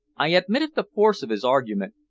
i admitted the force of his argument,